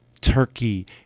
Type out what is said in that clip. Turkey